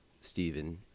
Stephen